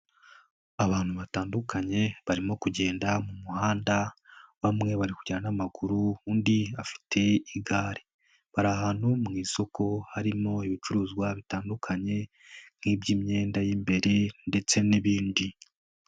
Abantu batandukanye, barimo kugenda mu muhanda, bamwe bari kugenda n'amaguru, undi afite igare. Bari ahantu mu isoko, harimo ibicuruzwa bitandukanye nk'iby'imyenda y'imbere ndetse n'ibindi.